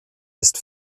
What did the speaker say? ist